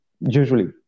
Usually